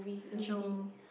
no